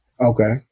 Okay